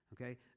Okay